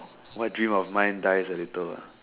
what dream of mine dies a little ah